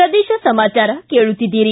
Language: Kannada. ಪ್ರದೇಶ ಸಮಾಚಾರ ಕೇಳುತ್ತಿದ್ದೀರಿ